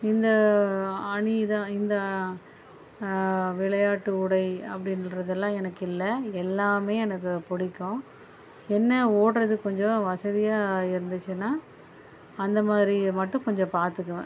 இந்த அணி இத இந்த விளையாட்டு உடை அப்படின்றதெல்லாம் எனக்கு இல்லை எல்லாமே எனக்கு பிடிக்கும் என்ன ஓடுறதுக்கு கொஞ்சம் வசதியாக இருந்துச்சுன்னா அந்த மாதிரி மட்டும் கொஞ்சம் பார்த்துக்குவேன்